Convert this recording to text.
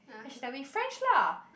then she tell me French lah